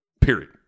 Period